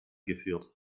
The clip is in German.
geführt